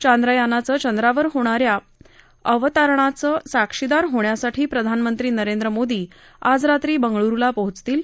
चांद्रयानाचं चंद्रावर होणाऱ्या अवतरणाचे साक्षीदार होण्यासाठी प्रधानमंत्री नरेंद्र मोदी आज रात्री बेंगळ्रूला पोचतील